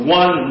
one